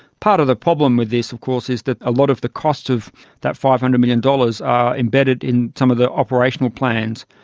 part of the problem with this of course is that a lot of the cost of that five hundred million dollars are embedded in some of the operational plans,